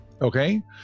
Okay